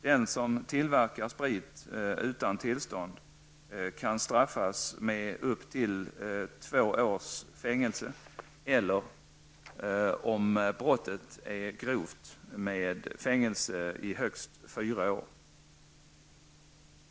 Den som tillverkar sprit utan tillstånd kan straffas med upp till två års fängelse eller, om brottet är grovt, med fängelse i högst fyra år.